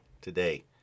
today